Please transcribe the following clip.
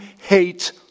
hate